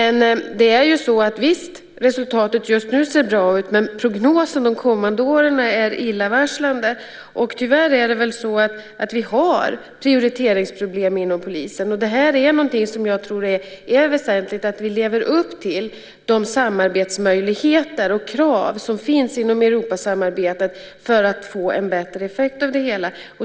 Visst ser resultatet just nu bra ut, men prognosen för de kommande åren är illavarslande. Tyvärr har vi prioriteringsproblem inom polisen. Jag tror att det är väsentligt att vi lever upp till de samarbetsmöjligheter och krav som finns inom Europasamarbetet för att få en bättre effekt av det hela.